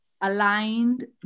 aligned